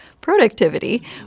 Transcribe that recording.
productivity